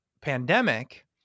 pandemic